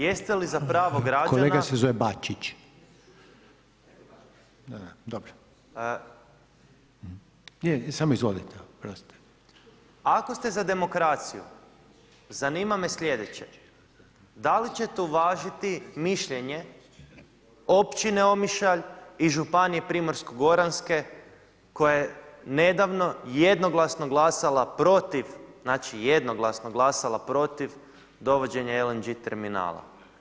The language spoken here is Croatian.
Jeste li za pravo građana? [[Upadica Reiner: Kolega se zove Bačić, dobro, samo izvolite, oprostite.]] Ako ste za demokraciju, zanima me sljedeće, da li ćete uvažiti mišljenje općine Omišalj i županije Primorsko goranske koja je nedavno jednoglasno glasala protiv znači, jednoglasno glasala protiv dovođenja LNG terminala.